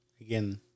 Again